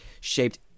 shaped